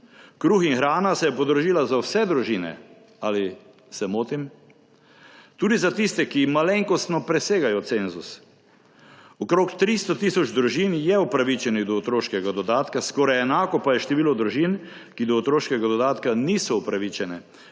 Kruh in hrana se je podražila za vse družine. Ali se motim? Tudi za tiste, ki malenkostno presegajo cenzus. Okrog 300 tisoč družin je upravičenih do otroškega dodatka, skoraj enako pa je število družin, ki do otroškega dodatka niso upravičene